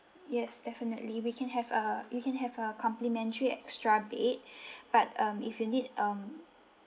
yes definitely we can have a you can have a complimentary extra bed but um if you need um